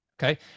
Okay